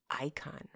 icon